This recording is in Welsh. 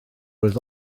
roedd